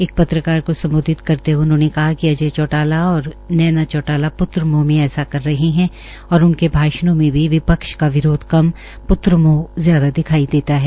एक पत्रकार को सम्बोधित करते हुए उन्होंने कहा कि अजय चौटाला और नैना चौटाला पुत्रमोह में ऐसा कर रहे है और उनके भाषणों में भी विपक्ष का विरोध कम प्त्र मोह ज्यादा दिखाई देता है